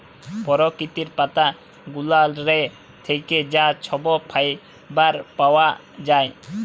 পরকিতির পাতা গুলালের থ্যাইকে যা ছব ফাইবার পাউয়া যায়